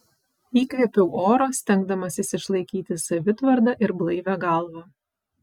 įkvėpiau oro stengdamasis išlaikyti savitvardą ir blaivią galvą